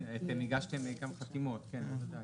כן, אתם הגשתם כמה חתימות, כן ודאי.